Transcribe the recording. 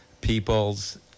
people's